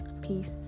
peace